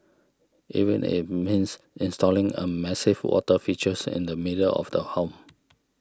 even if means installing a massive water features in the middle of the home